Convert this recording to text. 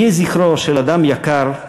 יהי זכרו של אדם יקר,